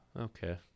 Okay